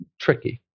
tricky